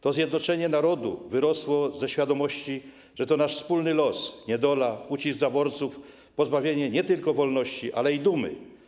To zjednoczenie narodu wyrosło ze świadomości, że to nasz wspólny los, niedola, ucisk zaborców, pozbawienie nie tylko wolności, ale i dumy.